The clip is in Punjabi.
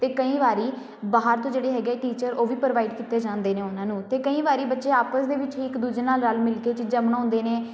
ਅਤੇ ਕਈ ਵਾਰ ਬਾਹਰ ਤੋਂ ਜਿਹੜੇ ਹੈਗੇ ਟੀਚਰ ਉਹ ਵੀ ਪ੍ਰੋਵਾਈਡ ਕੀਤੇ ਜਾਂਦੇ ਨੇ ਉਹਨਾਂ ਨੂੰ ਅਤੇ ਕਈ ਵਾਰੀ ਬੱਚੇ ਆਪਸ ਦੇ ਵਿੱਚ ਹੀ ਇੱਕ ਦੂਜੇ ਨਾਲ ਰਲ ਮਿਲ ਕੇ ਚੀਜ਼ਾਂ ਬਣਾਉਂਦੇ ਨੇ